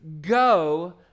go